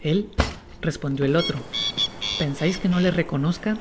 el respondió el otro pensais que no le reconozca